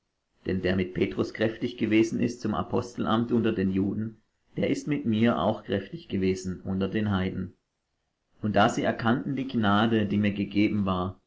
denn der mit petrus kräftig gewesen ist zum apostelamt unter den juden der ist mit mir auch kräftig gewesen unter den heiden und da sie erkannten die gnade die mir gegeben war